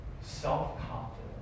self-confidence